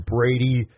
Brady